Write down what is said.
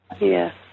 Yes